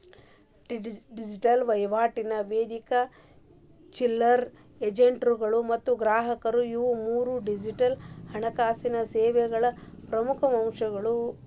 digital ವಹಿವಾಟಿನ ವೇದಿಕೆ ಚಿಲ್ಲರೆ ಏಜೆಂಟ್ಗಳು ಮತ್ತ ಗ್ರಾಹಕರು ಇವು ಮೂರೂ ಡಿಜಿಟಲ್ ಹಣಕಾಸಿನ್ ಸೇವೆಗಳ ಪ್ರಮುಖ್ ಅಂಶಗಳು